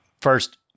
First